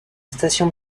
station